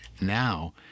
now